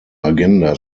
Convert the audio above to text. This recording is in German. agenda